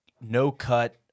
no-cut